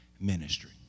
ministry